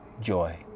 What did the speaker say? joy